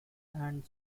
and